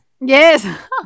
Yes